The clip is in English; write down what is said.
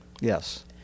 yes